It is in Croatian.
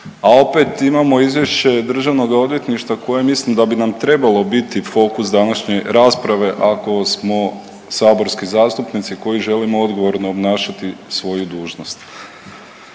a opet imamo Izvješće Državnoga odvjetništva koje mislim da bi nam trebalo biti fokus današnje rasprave ako smo saborski zastupnici koji želimo odgovorno obnašati svoju dužnost.